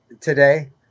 today